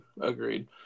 Agreed